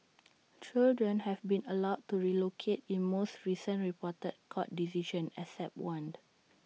children have been allowed to relocate in most recent reported court decisions except one